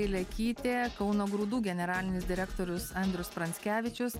ilekytė kauno grūdų generalinis direktorius andrius pranckevičius